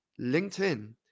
LinkedIn